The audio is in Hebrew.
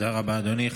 תודה רבה, אדוני.